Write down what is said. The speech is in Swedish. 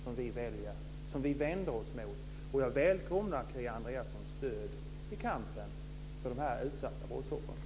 Det är det som vi vänder oss mot. Jag välkomnar Kia Andreassons stöd i kampen för de utsatta våldsoffren.